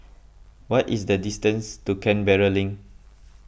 what is the distance to Canberra Link